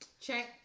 Check